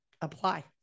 apply